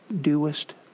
doest